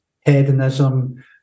hedonism